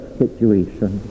situation